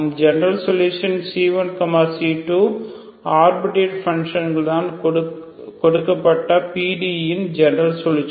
general solution C1 C2 arbitrary பங்க்ஷன்கள் தான் கொடுக்கப்பட்ட PDE யின் ஜெனரல் சோலுஷன்